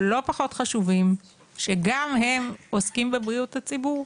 לא פחות חשובים שגם הם עוסקים בבריאות הציבור,